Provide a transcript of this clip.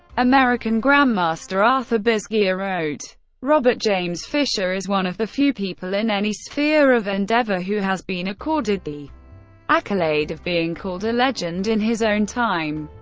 american grandmaster arthur bisguier wrote robert james fischer is one of the few people in any sphere of endeavour who has been accorded the accolade of being called a legend in his own time.